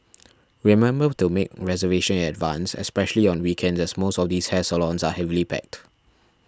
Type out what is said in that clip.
remember to make reservation in advance especially on weekends as most of these hair salons are heavily packed